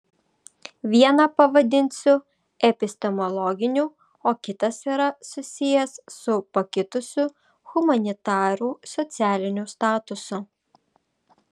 vieną pavadinsiu epistemologiniu o kitas yra susijęs su pakitusiu humanitarų socialiniu statusu